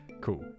cool